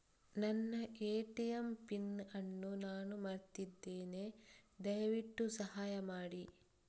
ನನ್ನ ATM PIN ಅನ್ನು ನಾನು ಮರ್ತಿದ್ಧೇನೆ, ದಯವಿಟ್ಟು ಸಹಾಯ ಮಾಡಿ